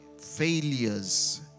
failures